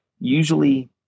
usually